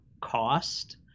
cost